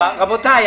תודה.